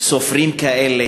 סופרים כאלה